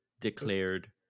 declared